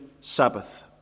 Sabbath